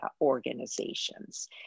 organizations